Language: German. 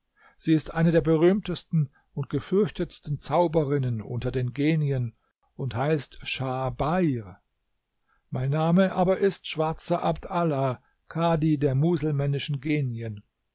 sie ist eine der berühmtesten und gefürchtetsten zauberinnen unter den genien und heißt schah bair mein name aber ist schwarzer abd allah kadhi der muselmännischen genien